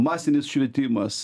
masinis švietimas